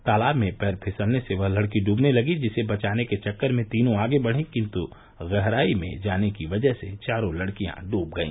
तालाब में पैर फिसलने से एक लड़की डूबने लगी जिसे बचाने के चक्कर में तीनों आगे बढ़ी किंतु गहराई में जाने की वजह से डूब चारो लड़किया डूब गई